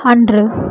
அன்று